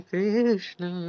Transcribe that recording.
Krishna